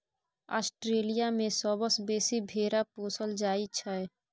Australia मे सबसँ बेसी भेरा पोसल जाइ छै